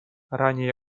ранее